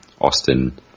Austin